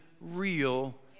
real